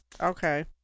Okay